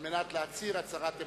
להצהיר הצהרת אמונים.